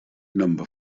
number